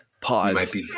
Pause